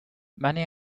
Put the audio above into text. many